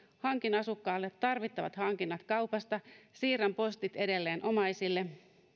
hankin asukkaalle tarvittavat hankinnat kaupasta siirrän postit edelleen omaisille